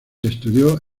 estudió